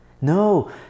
No